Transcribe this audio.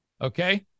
Okay